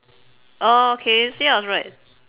oh okay see I was right